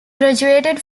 graduated